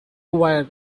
were